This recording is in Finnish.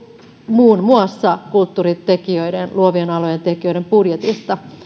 muun muassa kulttuurin tekijöiden luovien alojen tekijöiden budjetista